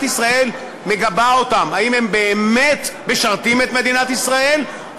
ישראל מגבה אותם: האם הם באמת משרתים את מדינת ישראל,